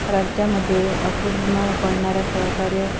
राज्यामध्ये अपूर्ण पडणाऱ्या सहकार्य